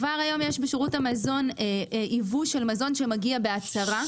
בשירות המזון ייבוא של מזון שמגיע בהצהרה.